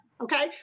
okay